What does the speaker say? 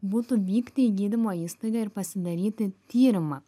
būtų vykti į gydymo įstaigą ir pasidaryti tyrimą